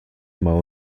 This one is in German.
mal